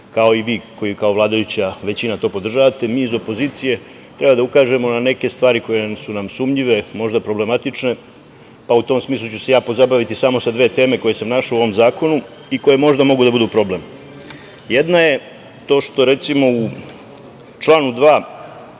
kao i vi koji kao vladajuća većina to podržavati. Mi iz opozicije treba da ukažemo na neke stvari koje su nam sumnjive, možda problematične, pa u tom smislu ću se ja pozabaviti samo sa dve teme koje sam našao u ovom zakonu i koje možda mogu da budu problem. Jedna je to što, recimo, u članu 2.